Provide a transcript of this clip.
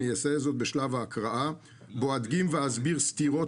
אעשה זאת בשלב ההקראה שם אדגים ואסביר סתירות